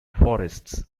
forests